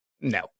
no